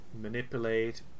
manipulate